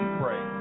pray